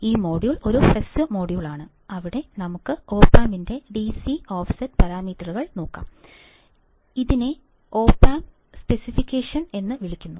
ഈ മോഡൽ ഒരു ഹ്രസ്വ മൊഡ്യൂളാണ് അവിടെ നമുക്ക് op amoന്റെ DC ഓഫ്സെറ്റ് പാരാമീറ്ററുകൾ നോക്കാം ഇതിനെ ഒപ്പ് ആംപ് സ്പെസിഫിക്കേഷൻ എന്നും വിളിക്കുന്നു